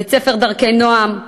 בית-ספר "דרכי נעם",